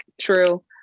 True